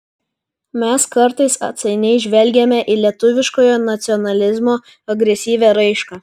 mes kartais atsainiai žvelgiame į lietuviškojo nacionalizmo agresyvią raišką